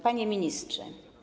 Panie Ministrze!